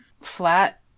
Flat